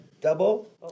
Double